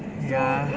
ya